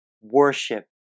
worship